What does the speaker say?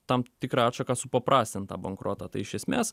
tam tikrą atšaką supaprastintą bankrotą tai iš esmės